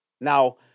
Now